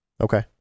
Okay